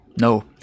No